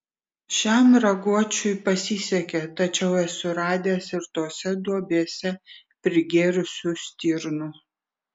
šiam raguočiui pasisekė tačiau esu radęs ir tose duobėse prigėrusių stirnų